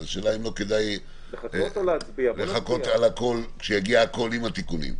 אז השאלה היא אם לא כדאי לחכות שיגיע הכול עם התיקונים.